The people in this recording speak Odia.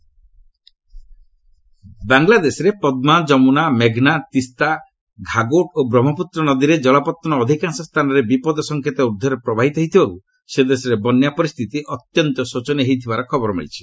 ବାଂଲାଦେଶ ଫ୍ଲଡ୍ ବାଂଲାଦେଶରେ ପଦ୍ଲା ଯମୁନା ମେଘ୍ନା ତିସ୍ତା ଘାଗୋଟ୍ ଓ ବ୍ରହ୍କପୁତ୍ର ନଦୀରେ ଜଳପତ୍ତନ ଅଧିକାଂଶ ସ୍ଥାନରେ ବିପଦ ସଙ୍କେତ ଊର୍ଦ୍ଧ୍ୱରେ ପ୍ରବାହିତ ହେଉଥିବାରୁ ସେ ଦେଶରେ ବନ୍ୟା ପରିସ୍ଥିତି ଅତ୍ୟନ୍ତ ଶୋଚନୀୟ ହୋଇଥିବାର ଖବର ମିଳିଛି